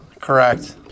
Correct